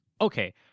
Okay